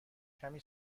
کمی